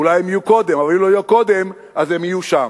אולי הן יהיו קודם אבל אם הן לא יהיו קודם אז זה יהיה שם.